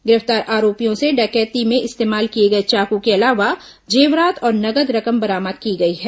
गिरफ्तार आरोपियों से डकैती में इस्तेमाल किए गए चाकू के अलावा जेवरात और नगद रकम बरामद की गई है